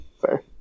Fair